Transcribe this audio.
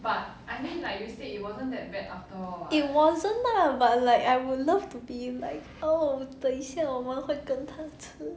it wasn't lah but like I would love to be like oh 等一下我们会跟他吃